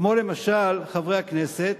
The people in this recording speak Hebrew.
כמו למשל, חברי הכנסת,